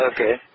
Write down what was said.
Okay